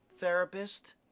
therapist